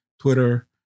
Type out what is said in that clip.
Twitter